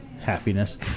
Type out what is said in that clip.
happiness